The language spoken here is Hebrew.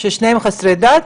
ששניהם חסרי דת,